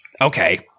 okay